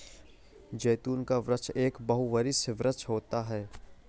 जैतून का वृक्ष एक बहुवर्षीय वृक्ष होता है